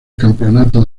campeonato